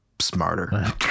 smarter